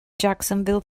jacksonville